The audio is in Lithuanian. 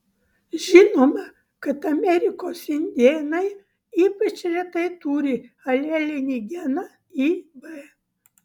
žinoma kad amerikos indėnai ypač retai turi alelinį geną ib